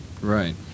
right